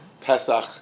Pesach